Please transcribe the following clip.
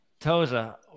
Toza